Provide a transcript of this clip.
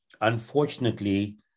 unfortunately